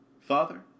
Father